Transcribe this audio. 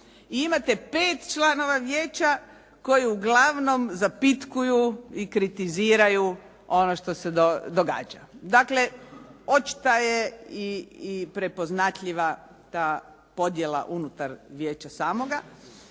i imate pet članova vijeća koji uglavnom zapitkuju i kritiziraju ono što se događa. Dakle očita je i prepoznatljiva ta podjela unutar vijeća samoga